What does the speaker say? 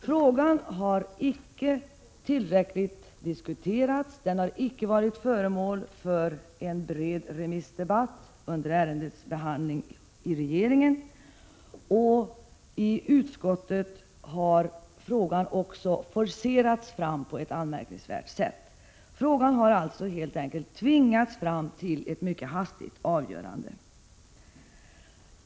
Frågan har icke diskuterats tillräckligt, och den har icke varit föremål för en bred remissdebatt under ärendebehandlingen i regeringen, och i utskottet har frågan också forcerats fram på ett anmärkningsvärt sätt. Frågan har alltså helt enkelt tvingats fram till ett mycket hastigt avgörande.